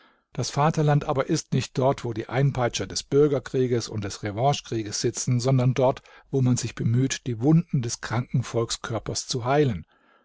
das vaterland aber ist nicht dort wo die einpeitscher des bürgerkrieges und des revanchekrieges sitzen sondern dort wo man sich bemüht die wunden des kranken volkskörpers zu heilen